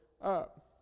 up